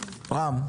בבקשה.